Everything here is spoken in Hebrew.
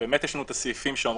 ויש לנו את הסעיפים שאומרים